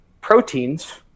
proteins